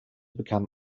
become